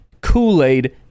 Kool-Aid